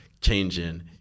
changing